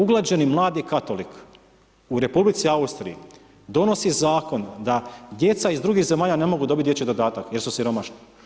Uglađeni mladi katolik u Republici Austriji donosi zakon da djeca iz drugih zemalja ne mogu dobiti dječji dodatak, jer su siromašni.